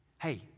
Hey